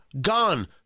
gone